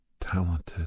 talented